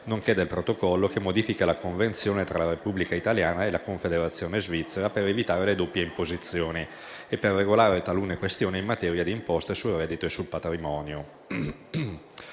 nonché del Protocollo che modifica la Convenzione tra la Repubblica italiana e la Confederazione svizzera per evitare le doppie imposizioni e per regolare talune questioni in materia di imposte sul reddito e sul patrimonio.